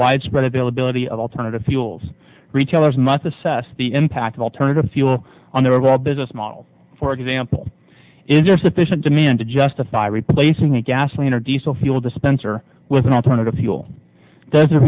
widespread availability of alternative fuels retailers must assess the impact of alternative fuel on their overall business model for example is there sufficient demand to justify replacing a gasoline or diesel fuel dispenser with an alternative fuel does